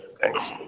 Thanks